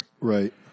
Right